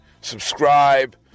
subscribe